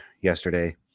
yesterday